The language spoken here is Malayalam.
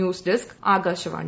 news desk Akashvani